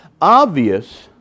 obvious